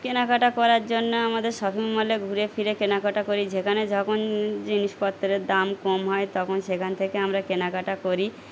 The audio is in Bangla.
কেনাকাটা করার জন্য আমাদের শপিং মলে ঘুরে ফিরে কেনাকাটা করি যেখানে যখন জিনিসপত্রের দাম কম হয় তখন সেখান থেকে আমরা কেনাকাটা করি